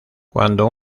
cuando